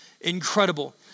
incredible